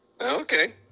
Okay